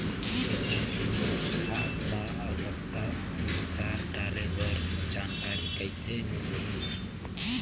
खाद ल आवश्यकता अनुसार डाले बर जानकारी कइसे मिलही?